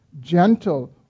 gentle